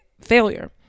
failure